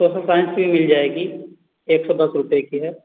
social science की भी मिल जाएगी एक सौ दस रुपये की है